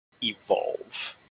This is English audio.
evolve